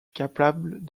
capable